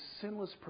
sinless